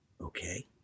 Okay